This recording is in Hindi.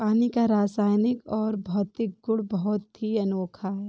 पानी का रासायनिक और भौतिक गुण बहुत ही अनोखा है